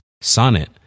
Sonnet